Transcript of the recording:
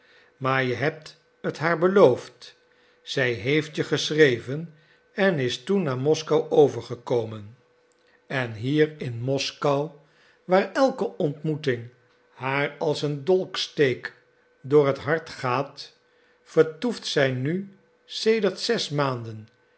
maar je hebt het haar beloofd zij heeft je geschreven en is toen naar moskou overgekomen en hier in moskou waar elke ontmoeting haar als een dolksteek door het hart gaat vertoeft zij nu sedert zes maanden